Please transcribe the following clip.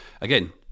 again